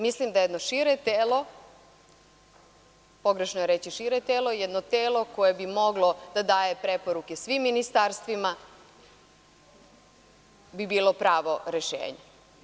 Mislim da jedno šire telo, pogrešno je reći šire telo, jedno telo koje bi moglo da daje preporuke svim ministarstvima bi bilo pravo rešenje.